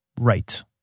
Right